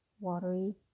watery